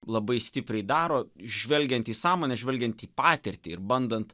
labai stipriai daro žvelgiant į sąmonę žvelgiant į patirtį ir bandant